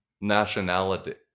nationality